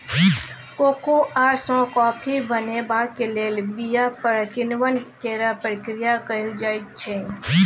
cocoa सँ coffee बनेबाक लेल बीया पर किण्वन केर प्रक्रिया कएल जाइ छै